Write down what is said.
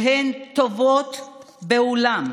שהן מהטובות בעולם.